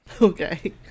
Okay